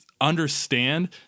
understand